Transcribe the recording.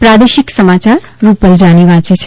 પ્રાદેશિક સમાચાર રૂપલ જાનિ વાંચે છે